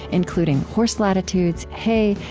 including horse latitudes, hay,